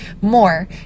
more